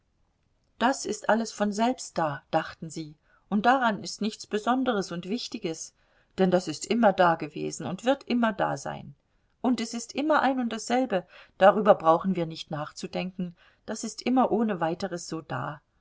das ist alles von selbst da dachten sie und daran ist nichts besonderes und wichtiges denn das ist immer dagewesen und wird immer dasein und es ist immer ein und dasselbe darüber brauchen wir nicht nachzudenken das ist immer ohne weiteres so da